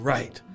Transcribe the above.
Right